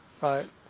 right